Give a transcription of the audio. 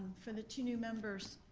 for the two new members,